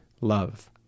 love